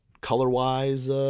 color-wise